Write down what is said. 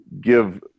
give